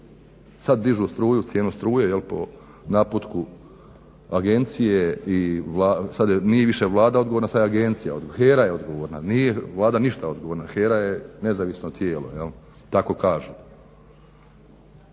sad dižu struju, cijenu struje po naputku agencije i, sad nije više Vlada odgovorna, sad je agencija odgovorna. HERA je odgovorna, nije Vlada ništa odgovorna. HERA je nezavisno tijelo, tako kažu.